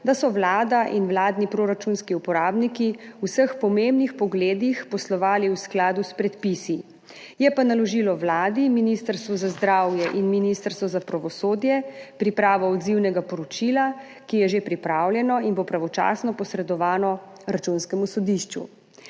da so Vlada in vladni proračunski uporabniki v vseh pomembnih pogledih poslovali v skladu s predpisi, je pa naložilo Vladi, Ministrstvu za zdravje in Ministrstvu za pravosodje pripravo odzivnega poročila, ki je že pripravljeno in bo pravočasno posredovano Računskemu sodišču.